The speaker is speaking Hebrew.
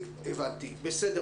וה --- רק